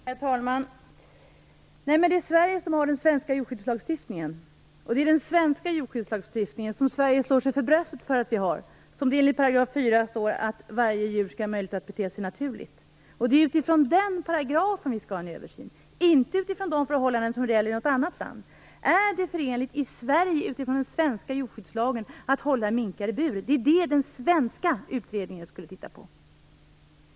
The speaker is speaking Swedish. Herr talman! Nej, men det är Sverige som har den svenska djurskyddslagstiftningen. I § 4 i denna lagstiftning, som Sverige slår sig för bröstet för att ha, föreskrivs att varje djur skall ha möjlighet att bete sig naturligt. Det är utifrån den paragrafen som vi skall ha en översyn, inte utifrån de förhållanden som råder i något annat land. Är det förenligt i Sverige, utifrån den svenska djurskyddslagen, att hålla minkar i bur? Det är det som den svenska utredningen skulle studera.